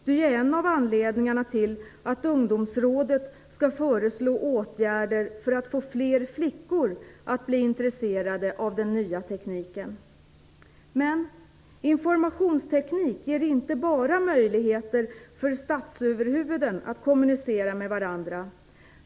Det är ju en av anledningarna till att ungdomsrådet skall föreslå åtgärder för att få fler flickor att bli intresserade av den nya tekniken. Men informationsteknik ger inte bara möjligheter för statsöverhuvuden att kommunicera med varandra.